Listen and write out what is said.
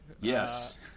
Yes